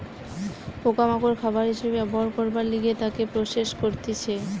পোকা মাকড় খাবার হিসাবে ব্যবহার করবার লিগে তাকে প্রসেস করতিছে